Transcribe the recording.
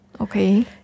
Okay